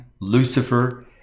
Lucifer